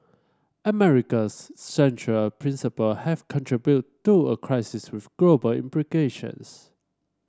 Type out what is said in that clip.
America's central principle have contribute to a crisis with global implications